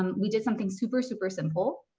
um we did something super, super simple.